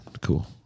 cool